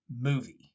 movie